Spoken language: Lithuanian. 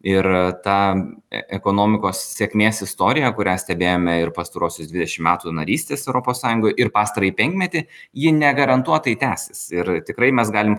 ir ta ekonomikos sėkmės istorija kurią stebėjome ir pastaruosius dvidešim metų narystės europos sąjungoj ir pastarąjį penkmetį ji negarantuotai tęsis ir tikrai mes galim